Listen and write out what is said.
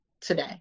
today